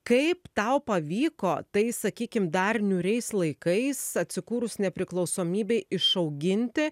kaip tau pavyko tai sakykim dar niūriais laikais atsikūrus nepriklausomybei išauginti